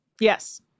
Yes